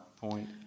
point